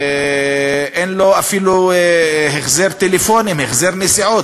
אין לו אפילו החזר שיחות טלפון, החזר נסיעות.